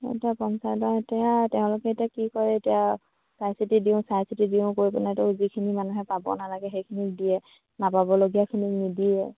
এতিয়া পঞ্চায়তত এতিয়া তেওঁলোকে এতিয়া কি কৰে এতিয়া চাই চিতি দিওঁ চাই চিতি দিওঁ কৰি পেলাইতো যিখিনি মানুহে পাব নালাগে সেইখিনিক দিয়ে নাপাবলগীয়াখিনিক নিদিয়ে